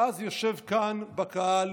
ואז יושב כאן בקהל